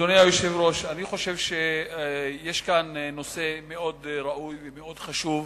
אני חושב שיש כאן נושא מאוד ראוי, מאוד חשוב.